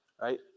right